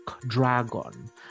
dragon